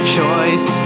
choice